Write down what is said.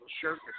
shirt